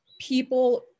people